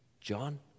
John